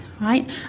right